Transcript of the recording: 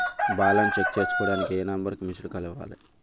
Balance check చేసుకోవటానికి ఏ number కి మిస్డ్ కాల్ ఇవ్వాలి?